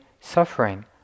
suffering